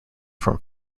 from